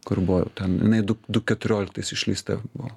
kur buvo ten inai du du keturioliktais išleista buvo